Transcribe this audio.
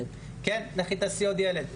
לכי תעשי עוד ילד.